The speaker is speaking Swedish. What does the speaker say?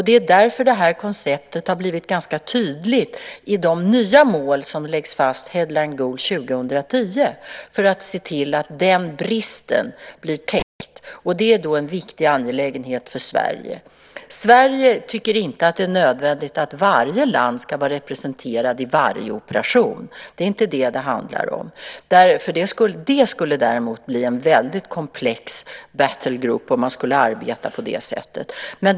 Det är därför det här konceptet har blivit ganska tydligt i de nya mål som läggs fast, Headline goal 2010, för att se till att denna brist blir täckt. Det är en viktig angelägenhet för Sverige. Sverige tycker inte att det är nödvändigt att varje land ska vara representerat i varje operation. Det är inte vad det handlar om. Det skulle däremot bli en väldigt komplex battle group om man skulle arbeta på det sättet.